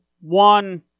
one